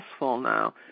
now